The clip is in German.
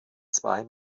zwei